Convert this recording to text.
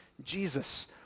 Jesus